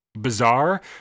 bizarre